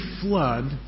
flood